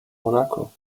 monaco